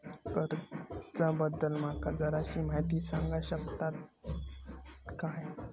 कर्जा बद्दल माका जराशी माहिती सांगा शकता काय?